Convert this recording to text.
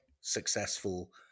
successful